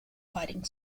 fighting